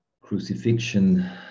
crucifixion